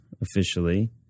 officially